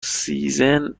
سیزن